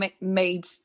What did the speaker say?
made